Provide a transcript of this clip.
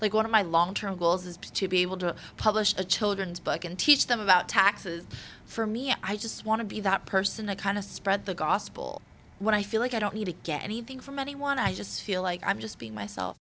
like one of my long term goals is to be able to publish a children's book and teach them about taxes for me i just want to be that person a kind of spread the gospel when i feel like i don't need to get anything from anyone i just feel like i'm just being myself